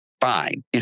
fine